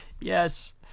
Yes